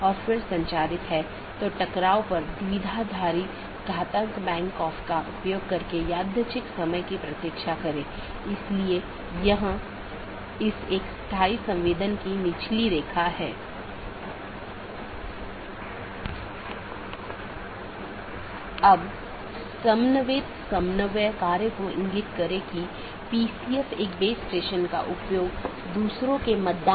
जब भी सहकर्मियों के बीच किसी विशेष समय अवधि के भीतर मेसेज प्राप्त नहीं होता है तो यह सोचता है कि सहकर्मी BGP डिवाइस जवाब नहीं दे रहा है और यह एक त्रुटि सूचना है या एक त्रुटि वाली स्थिति उत्पन्न होती है और यह सूचना सबको भेजी जाती है